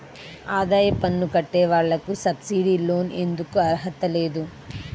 ఆదాయ పన్ను కట్టే వాళ్లకు సబ్సిడీ లోన్ ఎందుకు అర్హత లేదు?